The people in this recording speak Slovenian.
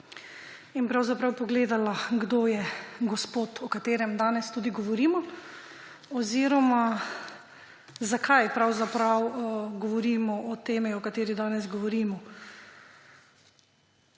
in pravzaprav pogledala, kdo je gospod, o katerem danes tudi govorimo, oziroma zakaj pravzaprav govorimo o temi, o kateri danes govorimo.